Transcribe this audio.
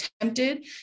attempted